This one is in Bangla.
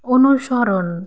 অনুসরণ